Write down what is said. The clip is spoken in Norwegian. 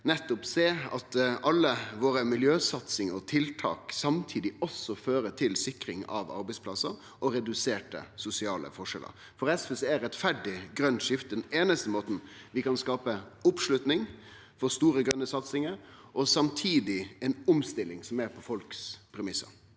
nettopp sjå at alle våre miljøsatsingar og tiltak samtidig også fører til sikring av arbeidsplassar og reduserte sosiale forskjellar. For SV er rettferdig grønt skifte den einaste måten vi kan skape oppslutning om store grøne satsingar på, og samtidig ha ei omstilling som er på folk sine premissar.